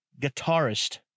guitarist